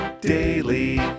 daily